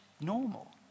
normal